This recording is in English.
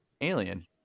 alien